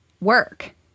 work